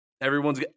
Everyone's